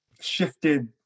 shifted